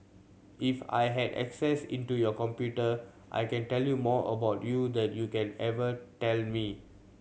if I had access into your computer I can tell you more about you than you can ever tell me